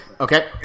Okay